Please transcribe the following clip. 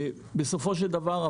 אבל בסופו של דבר,